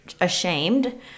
ashamed